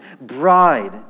bride